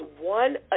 one